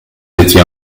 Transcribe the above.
étiez